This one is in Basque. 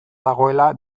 dagoela